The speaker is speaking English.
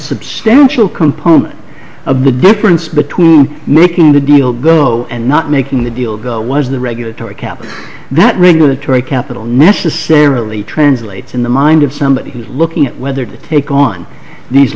substantial component of the difference between making the deal go and not making the deal go was the regulatory cap that regulatory capital necessarily translates in the mind of somebody who's looking at whether to take on these